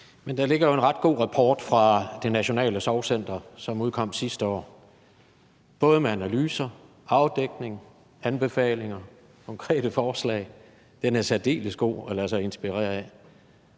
Men der ligger jo en ret god rapport fra Det Nationale Sorgcenter, som udkom sidste år, både med analyser, afdækning, anbefalinger, konkrete forslag. Den er særdeles god at lade sig inspirere af.